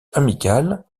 amical